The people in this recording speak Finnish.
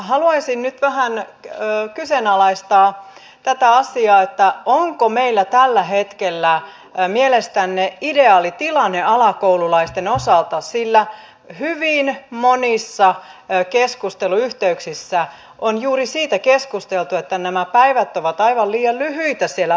haluaisin nyt vähän kyseenalaistaa tätä asiaa onko meillä tällä hetkellä mielestänne ideaali tilanne alakoululaisten osalta sillä hyvin monissa keskusteluyhteyksissä on keskusteltu juuri siitä että päivät ovat aivan liian lyhyitä siellä alakouluissa